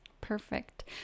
Perfect